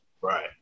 Right